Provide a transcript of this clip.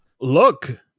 look